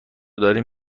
داریم